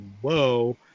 whoa